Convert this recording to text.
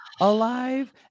alive